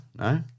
No